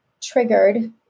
triggered